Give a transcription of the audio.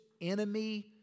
enemy